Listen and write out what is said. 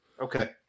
Okay